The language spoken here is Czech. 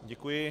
Děkuji.